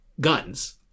guns